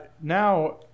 Now